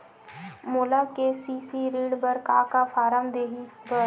मोला के.सी.सी ऋण बर का का फारम दही बर?